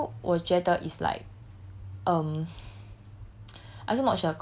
so 我觉得 is like um